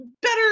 better